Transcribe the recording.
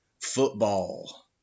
football